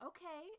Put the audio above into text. Okay